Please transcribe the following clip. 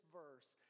verse